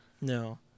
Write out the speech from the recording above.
No